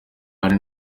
ari